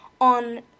on